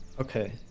okay